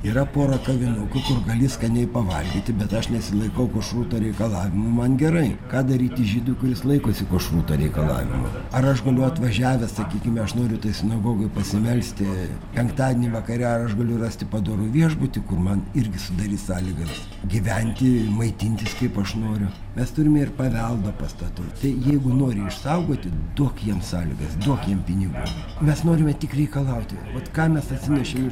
yra pora kavinukių kur gali skaniai pavalgyti bet aš nesilaikau košruto reikalavimų man gerai ką daryti žydui kuris laikosi košruto reikalavimų ar aš galiu atvažiavęs sakykime aš noriu toj sinagogoj pasimelsti penktadienį vakare ar aš galiu rasti padorų viešbutį kur man irgi sudarys sąlygas gyventi maitintis kaip aš noriu mes turime ir paveldo pastatų tai jeigu nori išsaugoti duok jiem sąlygas duokim jiem pinigų mes norime tik reikalauti vat ką mes atsinešėm iš